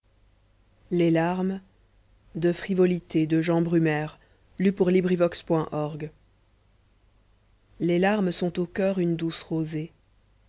les larmes sont au coeur une douce rosée